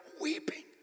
weeping